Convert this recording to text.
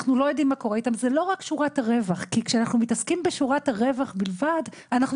זו לא רק שורת הרווח כי כשמתעסקים בשורת הרווח בלבד אנחנו